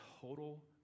total